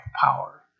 power